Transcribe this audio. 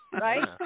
right